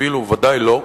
אוויל הוא בוודאי לא,